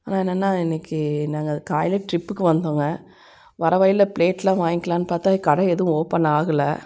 ஆனால் என்னென்னா இன்னைக்கு நாங்கள் காலைல ட்ரிப்புக்கு வந்தோம்ங்க வர வழியில் பிளேட் எல்லாம் வாங்கிக்கலான்னு பார்த்தா கட எதுவும் ஓப்பன் ஆகல